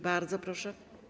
Bardzo proszę.